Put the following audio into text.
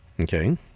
Okay